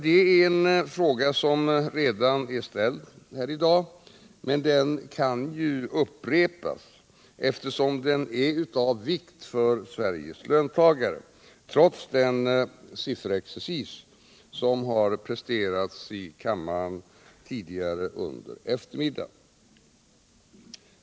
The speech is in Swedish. Det är en fråga som redan ställts här i dag, men trots den sifferexercis som har presterats här i kammaren tidigare förtjänar den att upprepas eftersom den är av vikt för Sveriges löntagare.